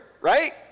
right